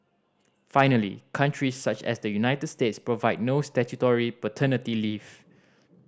finally countries such as the United States provide no statutory paternity leave